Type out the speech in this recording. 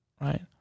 Right